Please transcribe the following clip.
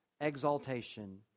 exaltation